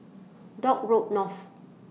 Dock Road North